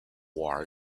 war